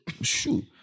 Shoot